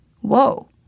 whoa